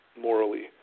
morally